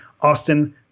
Austin